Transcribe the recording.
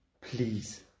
please